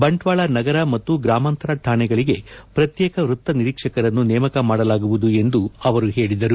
ಬಂಟ್ವಾಳ ನಗರ ಮತ್ತು ಗ್ರಾಮಾಂತರ ರಾಷೆಗಳಿಗೆ ಪ್ರತ್ಯೇಕ ವೃತ್ತ ನಿರೀಕ್ಷಕರನ್ನು ನೇಮಕ ಮಾಡಲಾಗುವುದು ಎಂದು ಅವರು ಹೇಳಿದರು